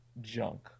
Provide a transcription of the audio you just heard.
junk